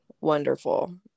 wonderful